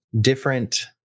different